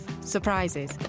surprises